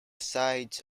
sides